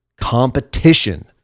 competition